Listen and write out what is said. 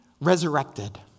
resurrected